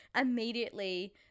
immediately